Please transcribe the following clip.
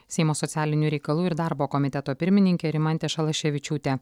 seimo socialinių reikalų ir darbo komiteto pirmininkė rimantė šalaševičiūtė